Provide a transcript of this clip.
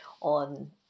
on